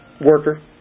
worker